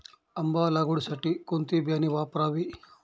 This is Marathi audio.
आंबा लागवडीसाठी कोणते बियाणे वापरावे?